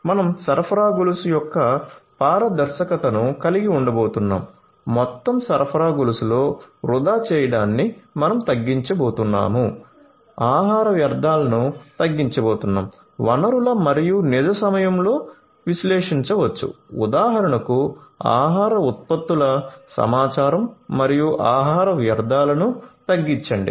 మనం సరఫరా గొలుసు యొక్క పారదర్శకతను కలిగి ఉండబోతున్నాము మొత్తం సరఫరా గొలుసులో వృధా చేయడాన్ని మనం తగ్గించబోతున్నాము ఆహారవ్యర్థాలను తగ్గించబోతున్నాం వనరుల మరియు నిజ సమయంలో విశ్లేషించవచ్చు ఉదాహరణకు ఆహార ఉత్పత్తుల సమాచారం మరియు ఆహార వ్యర్థాలను తగ్గించండి